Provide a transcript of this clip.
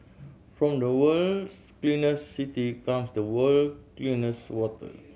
from the world's cleanest city comes the world's cleanest water